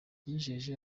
yijeje